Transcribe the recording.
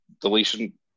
deletion